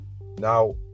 Now